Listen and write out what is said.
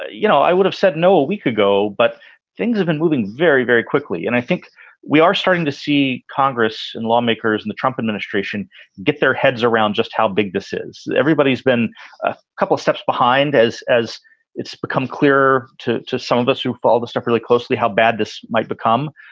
ah you know, i would have said, no, we could go, but things have been moving very, very quickly. and i think we are starting to see congress and lawmakers and the trump administration get their heads around just how big this is. everybody has been a couple of steps behind as as it's become clearer to to some of us who follow this stuff really closely how bad this might become.